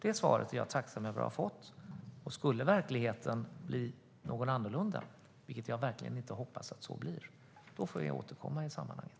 Det svaret är jag tacksam över att ha fått. Skulle verkligheten bli någon annan, vilket jag verkligen inte hoppas sker, får jag återkomma i sammanhanget.